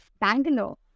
Bangalore